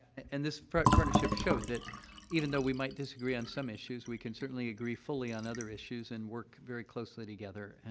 and this partnership showed that even though we might disagree on some issues, we can certainly agree fully on other issues and work very closely together,